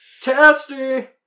Tasty